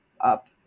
up